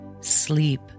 sleep